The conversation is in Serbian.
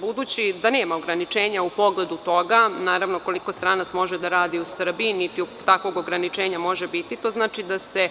Budući da nema ograničenja u pogledu toga, naravno, ukoliko stranac može da radi u Srbiji, niti takvog ograničenja može biti, to znači da se